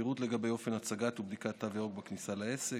פירוט לגבי אופן הצגת ובדיקת תו ירוק בכניסה לעסק,